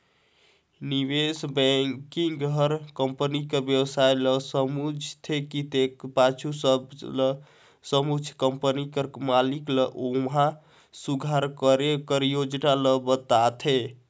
निवेस बेंकिग हर कंपनी कर बेवस्था ल समुझथे तेकर पाछू सब ल समुझत कंपनी कर मालिक ल ओम्हां सुधार करे कर योजना ल बताथे